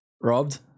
Robbed